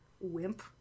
wimp